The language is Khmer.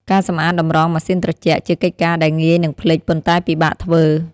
ការសម្អាតតម្រងម៉ាស៊ីនត្រជាក់ ជាកិច្ចការដែលងាយនឹងភ្លេច ប៉ុន្តែពិបាកធ្វើ។